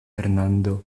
fernando